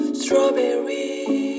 Strawberry